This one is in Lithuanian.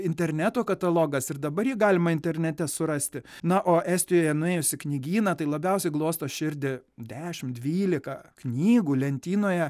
interneto katalogas ir dabar jį galima internete surasti na o estijoje nuėjus į knygyną tai labiausiai glosto širdį dešim dvylika knygų lentynoje